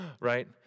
right